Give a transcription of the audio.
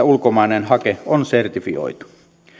ulkomainen hake on sertifioitu